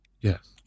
Yes